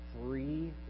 three